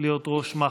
להיות ראש מח"ש.